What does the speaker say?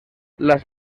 las